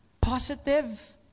positive